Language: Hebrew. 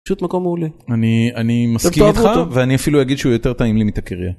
פשוט מקום מעולה אני אני מסכים איתך ואני אפילו אגיד שהוא יותר טעים לי מטאקריה.